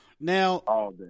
Now